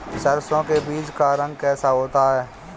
सरसों के बीज का रंग कैसा होता है?